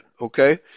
Okay